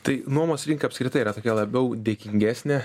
tai nuomos rinka apskritai yra tokia labiau dėkingesnė